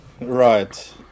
Right